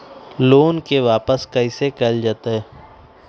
Loan के वापस कैसे कैल जतय?